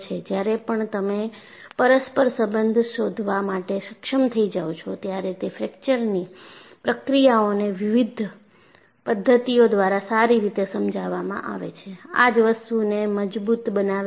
જ્યારે પણ તમે પરસ્પર સંબંધ શોધવા માટે સક્ષમ થઈ જાવ છો ત્યારે તે ફ્રેકચરની પ્રક્રિયાઓને વિવિધ પદ્ધતિઓ દ્વારા સારી રીતે સમજવામાં આવે છે આજ વસ્તુને મજબુત બનાવે છે